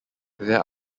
there